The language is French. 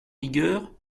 vigueur